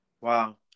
Wow